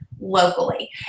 locally